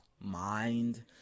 mind